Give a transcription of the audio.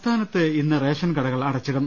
സംസ്ഥാനത്ത് ഇന്ന് റേഷൻ കടകൾ അടച്ചിടും